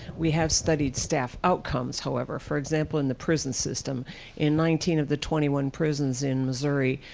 we have studied staff outcomes, however, for example, in the prison system in nineteen of the twenty one prisons in missouri,